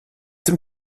dem